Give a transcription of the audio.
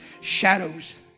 shadows